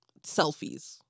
Selfies